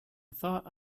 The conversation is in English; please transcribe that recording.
thought